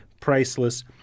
priceless